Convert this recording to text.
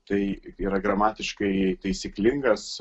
tai yra gramatiškai taisyklingas